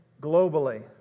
globally